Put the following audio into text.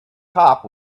cop